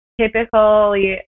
typically